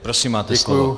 Prosím, máte slovo.